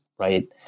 right